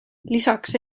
lisaks